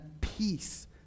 peace